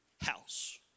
house